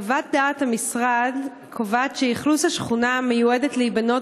חוות דעת המשרד קובעת שאכלוס השכונה המיועדת להיבנות